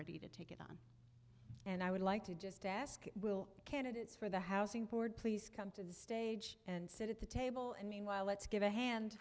ready to take and i would like to just ask will candidates for the housing board please come to the stage and sit at the table and meanwhile let's give a hand